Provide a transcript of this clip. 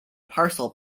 parcel